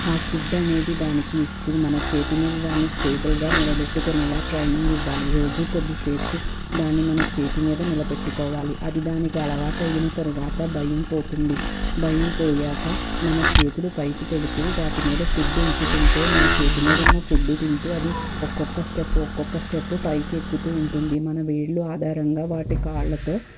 ఆ ఫుడ్ అనేది దానికి ఇస్తూ మన చేతి మీద దాన్నిస్టేబుల్గా నిలబెట్టుకునేలా ట్రైనింగ్ ఇవ్వాలి రోజు కొద్దిసేపు దాన్ని మన చేతి మీద నిలబెట్టుకోవాలి అది దానికి అలవాటయిన తరువాత భయం పోతుంది భయం పోయాక మన చేతులు పైకి పెడుతూ వాటి మీద ఫుడ్ ఉంచుకుంటే మన చేతి మీద ఉన్న ఫుడ్డు తింటూ అది ఒక్కొక్క స్టెప్ ఒక్కొక్క స్టెప్ పైకెక్కుతూ ఉంటుంది మన వేళ్ళు ఆధారంగా వాటి కాళ్లతో